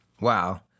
Wow